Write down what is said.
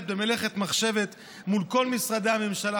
באמת במלאכת מחשבת מול כל משרדי הממשלה.